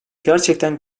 gerçekten